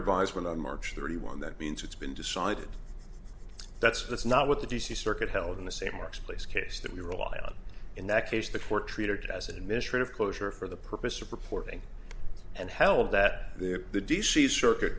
advisement on march thirty one that means it's been decided that's that's not what the d c circuit held in the same marks place case that we rely on in that case the court treated as administrative closure for the purpose of reporting and held that there the d c circuit